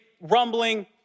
rumbling